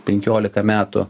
penkiolika metų